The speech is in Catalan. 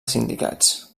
sindicats